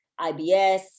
IBS